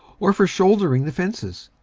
or for shouldering the fences,